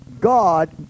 God